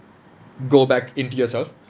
go back into yourself